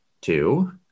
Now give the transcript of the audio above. two